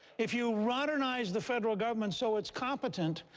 if you modernize the federal government so it's competent,